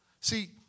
See